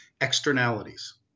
externalities